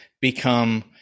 become